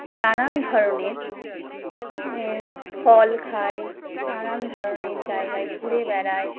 নানান ধরনের ফল খায় নানান ধরনের জায়গায় ঘুরে বেড়ায়